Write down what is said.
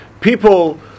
people